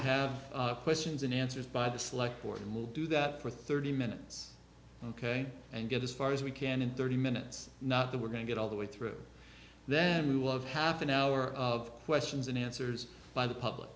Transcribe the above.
have questions and answers by the select board and will do that for thirty minutes ok and get as far as we can in thirty minutes not that we're going to get all the way through then we will have half an hour of questions and answers by the public